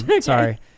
sorry